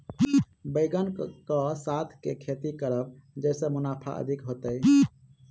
बैंगन कऽ साथ केँ खेती करब जयसँ मुनाफा अधिक हेतइ?